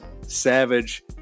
Savage